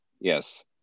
Yes